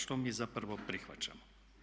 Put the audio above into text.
Što mi zapravo prihvaćamo?